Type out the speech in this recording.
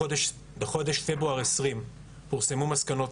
בחודש פברואר 2020 פורסמו מסקנות